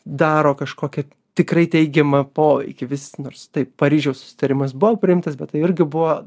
daro kažkokį tikrai teigiamą poveikį vis nors tai paryžiaus susitarimas buvo priimtas bet tai irgi buvo